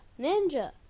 Ninja